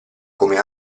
come